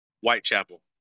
Whitechapel